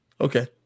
Okay